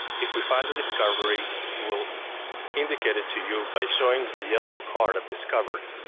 if we find a discovery we'll indicate it to you by showing the yellow card of discovery.